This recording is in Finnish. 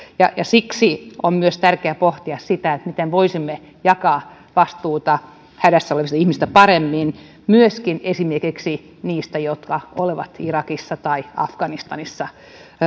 siksi on myös tärkeää pohtia sitä miten voisimme jakaa vastuuta hädässä olevista ihmisistä paremmin myöskin esimerkiksi heistä jotka ovat irakissa tai afganistanissa